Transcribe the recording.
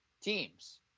teams